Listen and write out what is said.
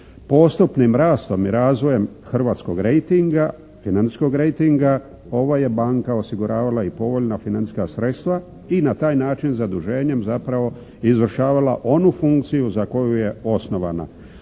postupnim rastom i razvojem hrvatskog rejtinga, financijskog rejtinga ova je banka osiguravala i povoljna financijska sredstva i na taj način zaduženjem zapravo izvršavala onu funkciju za koju je osnovana.